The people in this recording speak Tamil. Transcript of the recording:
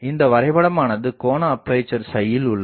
இந்த வரைபடம் ஆனது கோண அப்பேசர் யில் உள்ளது